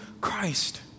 Christ